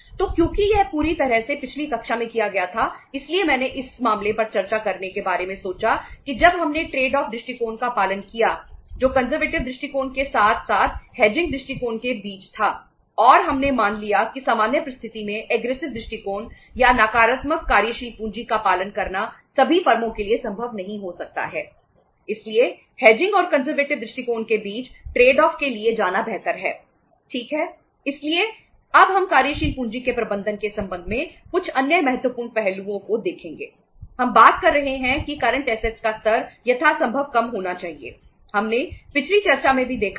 तो क्योंकि यह पूरी तरह से पिछली कक्षा में किया गया था इसलिए मैंने इस मामले पर चर्चा करने के बारे में सोचा कि जब हमने ट्रेड ऑफ दृष्टिकोण या नकारात्मक कार्यशील पूंजी का पालन करना सभी फर्मों के लिए संभव नहीं हो सकता है